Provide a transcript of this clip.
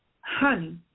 honey